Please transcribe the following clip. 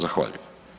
Zahvaljujem.